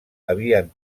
havien